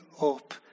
up